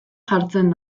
jartzen